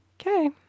Okay